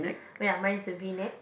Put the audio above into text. where are my souvenir